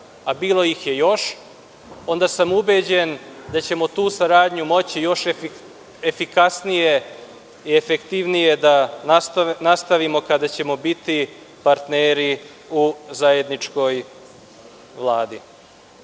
a bilo ih je još, onda sam ubeđen da ćemo tu saradnju moći još efikasnije i efektivnije da nastavimo kada ćemo biti partneri u zajedničkoj Vladi. Mi